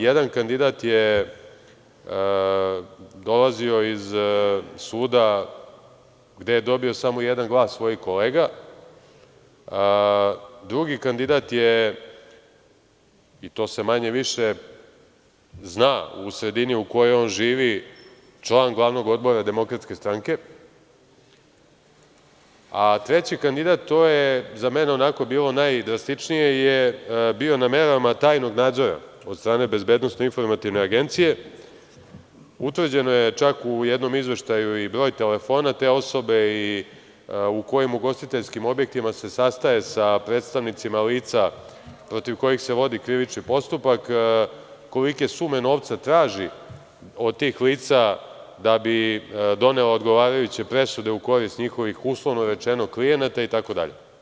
Jedan kandidat je dolazio iz suda gde je dobio samo jedan glas svojih kolega, drugi kandidat je, i to se manje-više zna u sredini u kojoj on živi, član glavnog odbora DS, a treći kandidat, to je za mene bilo najdrastičnije, bio je na merama tajnog nadzora od strane Bezbednosno-informativne agencije, utvrđen je čak u jednom izveštaju i broj telefona te osobe i u kojom ugostiteljskim objektima se sastaje sa predstavnicima lica protiv kojih se vodi krivični postupak, kolike sume novca traži od tih lica da bi doneo odgovarajuće presude u korist njihovih, uslovno rečeno, klijenata itd.